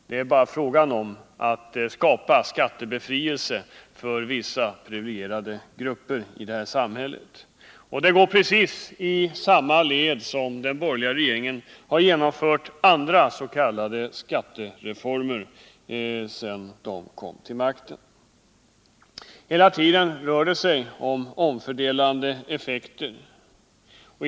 Det är bara fråga om att skapa skattebefrielser för vissa privilegierade grupper i samhället. Denna reform ligger därför helt i linje med de andras.k. skattereformer som den borgerliga regeringen har genomfört sedan den kom till makten. Hela tiden rör det sig om förslag som får fördelningspolitiskt negativa effekter.